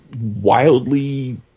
wildly